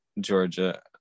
Georgia